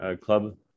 Club